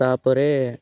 ତା'ପରେ